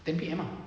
ten P_M ah